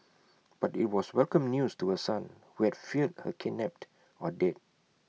but IT was welcome news to her son who had feared her kidnapped or dead